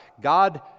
God